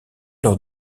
lors